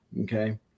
Okay